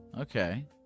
Okay